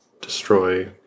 destroy